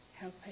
Help